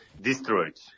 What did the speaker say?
destroyed